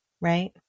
Right